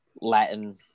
Latin